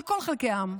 על כל חלקי העם,